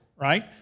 right